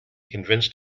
convinced